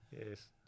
Yes